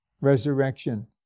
resurrection